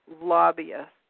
lobbyists